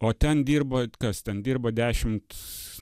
o ten dirba kas ten dirba dešimt